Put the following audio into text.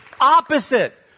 opposite